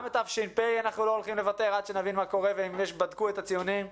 גם על תש"ף אנחנו לא הולכים לוותר עד שנראה אם בדקו את הציונים.